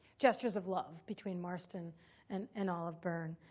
gestures of love between marston and and olive byrne.